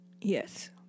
Yes